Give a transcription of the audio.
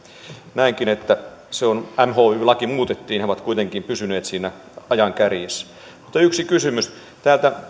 näenkin että vaikka mhy laki muutettiin he ovat kuitenkin pysyneet siinä ajan kärjessä mutta yksi kysymys täältä